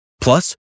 Plus